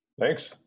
Thanks